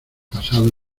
pasado